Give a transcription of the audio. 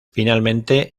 finalmente